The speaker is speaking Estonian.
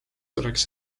oleks